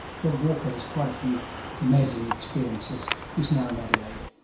rob walker has quite a few amazing experiences, he's now in adelaide.